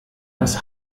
das